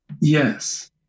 Yes